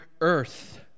earth